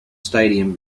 stadium